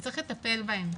וצריך לטפל בהם,